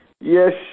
Yes